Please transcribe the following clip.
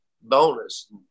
bonus